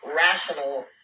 rational